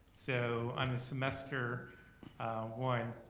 so on the semester one,